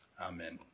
Amen